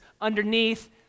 underneath